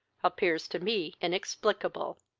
appears to me inexplicable.